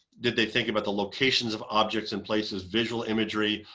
did they think about the locations of objects and places visual imagery,